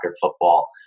football